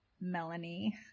Melanie